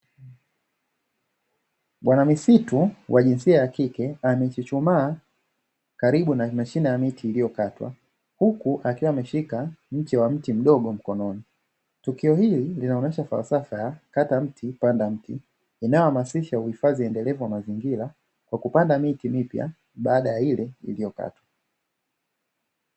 Bwana misitu wa jinsia ya kike, amechuchumaa karibu na mashina ya miti iliyokatwa, huku akiwa ameshika mche wa mti mdogo mkononi. Tukio hili linaonesha falsafa ya *kata mti panda mti", inayohamasisha uhifadhi endelevu wa mazingira, kwa kupanda miti mipya baada ya ile iliyokatwa.